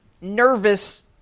nervous